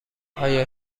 آیا